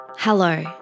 Hello